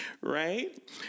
right